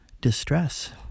distress